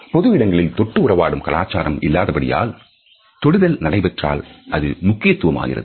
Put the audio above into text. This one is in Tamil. பொது இடங்களில் தொட்டு உறவாடும் கலாச்சாரம் இல்லாதபடியால் தொடுதல் நடைபெற்றால் அது முக்கியத்துவம் ஆகிறது